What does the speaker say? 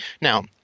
Now